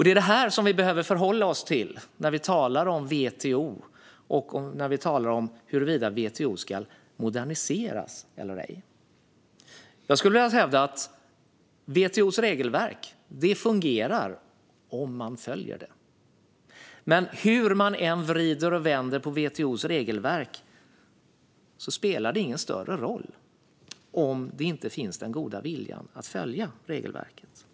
Det är detta vi behöver förhålla oss till när vi talar om WTO och när vi talar om huruvida WTO ska moderniseras eller ej. Jag skulle vilja hävda att WTO:s regelverk fungerar om det följs. Men hur man än vrider och vänder på WTO:s regelverk spelar det ingen större roll om inte den goda viljan att följa regelverket finns.